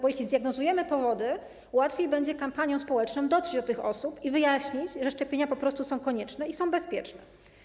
Bo jeśli zdiagnozujemy powody, łatwiej będzie w kampanii społecznej dotrzeć do tych osób i wyjaśnić, że szczepienia są po prostu konieczne i są bezpieczne.